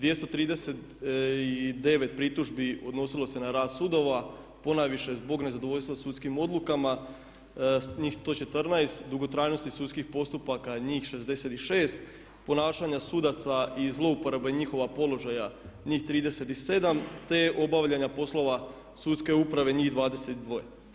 239 pritužbi odnosilo se na rad sudova, ponajviše zbog nezadovoljstva sudskim odlukama, njih 114, dugotrajnosti sudskih postupaka njih 66, ponašanja sudaca i zlouporaba njihova položaja njih 37, te obavljanja poslova sudske uprave njih 22.